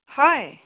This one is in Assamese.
হয়